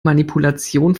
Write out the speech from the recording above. manipulation